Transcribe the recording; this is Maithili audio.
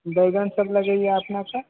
बैगनसभ लगेबै अपनेके